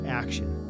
action